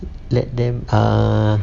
let them err